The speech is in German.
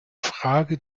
frage